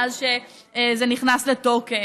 מאז זה נכנס לתוקף,